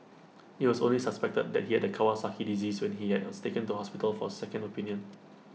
IT was only suspected that he had Kawasaki disease when he has taken to hospital for A second opinion